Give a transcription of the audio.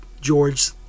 George